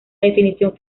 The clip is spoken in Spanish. definición